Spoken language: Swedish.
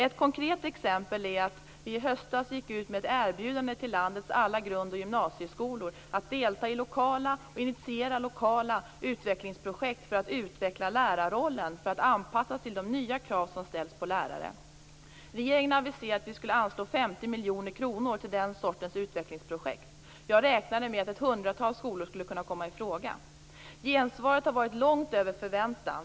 Ett konkret exempel är att vi i höstas gick ut med ett erbjudande till landets alla grund och gymnasieskolor om att delta i och initiera lokala utvecklingsprojekt för att utveckla lärarrollen och anpassa den till de nya krav som ställs på lärare. Regeringen aviserade att 50 miljoner kronor skulle anslås till den sortens utvecklingsprojekt. Jag räknade med att ett hundratal skulle kunna komma i fråga. Gensvaret har varit långt över förväntan.